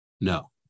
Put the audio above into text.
no